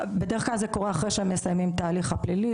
בדרך כלל זה קורה אחרי שהם מסיימים את ההליך הפלילי,